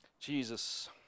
Jesus